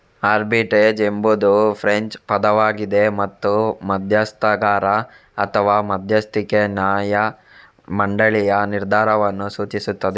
arbitrage ಎಂಬುದು French ಪದವಾಗಿದೆ ಮತ್ತು ಮಧ್ಯಸ್ಥಗಾರ ಅಥವಾ ಮಧ್ಯಸ್ಥಿಕೆ ನ್ಯಾಯ ಮಂಡಳಿಯ ನಿರ್ಧಾರವನ್ನು ಸೂಚಿಸುತ್ತದೆ